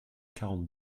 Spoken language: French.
quarante